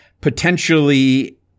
potentially